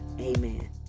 amen